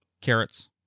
Carrots